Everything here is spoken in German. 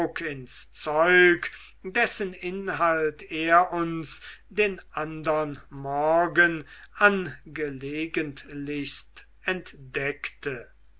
zeug dessen inhalt er uns den andern morgen angelegentlichst entdeckte